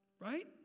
Right